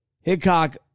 Hickok